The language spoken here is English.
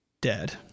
dead